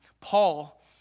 Paul